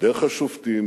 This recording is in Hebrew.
דרך השופטים,